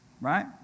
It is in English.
Right